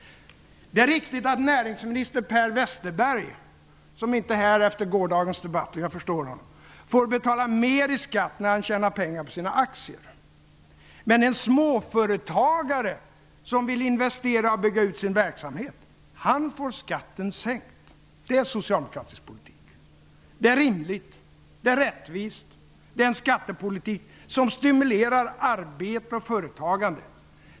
Det är riktigt att näringsminister Per Westerberg, som inte är här efter gårdagens debatt -- jag förstår honom -- får betala mer i skatt när han tjänar pengar på sina aktier. Men en småföretagare, som vill investera och bygga ut sin verksamhet, får skatten sänkt. Det är socialdemokratisk politik. Det är rimligt, det är rättvist, det är en skattepolitik som stimulerar arbete och företagande.